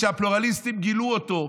שהפלורליסטים גילו אותו,